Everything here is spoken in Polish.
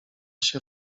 się